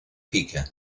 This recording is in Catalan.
pica